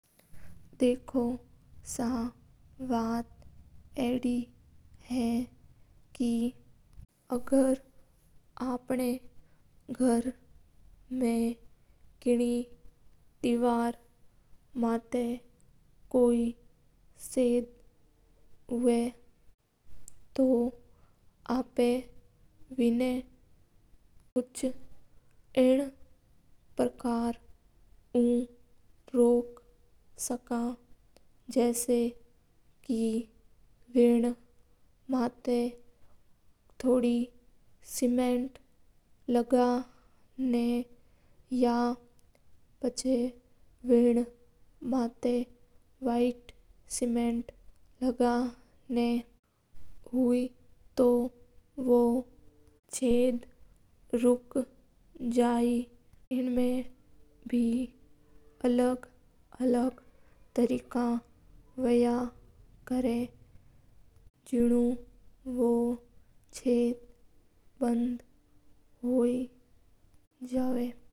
देखो सा बात अड़ी हा अगर अपना घर रा दिवर माथे कोई चढ़ हवा तो आपा कुछ ऐना पाकेर उ रोक सका का। विन माथे सीमेंट लगी ना या व्हाइट सीमेंट लगी देवा हा। ऐना अलावा बे अलग-अलग चढ़ हवा जका एन आपा ठीक कर सका हा।